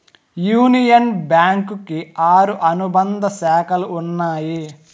union Bank కి ఆరు అనుబంధ శాఖలు ఉన్నాయి